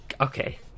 Okay